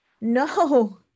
no